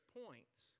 points